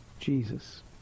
Jesus